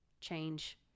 change